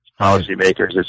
policymakers